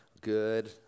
good